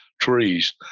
trees